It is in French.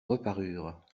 reparurent